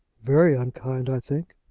very unkind, i think.